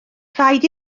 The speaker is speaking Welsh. rhaid